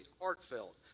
heartfelt